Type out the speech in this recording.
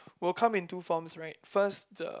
will come in two forms right first the